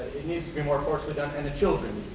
it needs to be more forcefully done and the children,